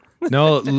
No